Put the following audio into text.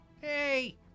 hey